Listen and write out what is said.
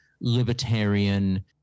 libertarian